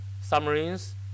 submarines